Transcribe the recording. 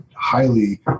highly